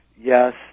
yes